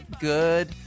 good